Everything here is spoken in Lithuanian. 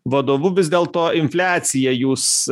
vadovu vis dėl to infliaciją jūs